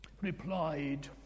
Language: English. replied